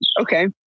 Okay